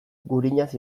gurinaz